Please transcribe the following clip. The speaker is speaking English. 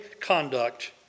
conduct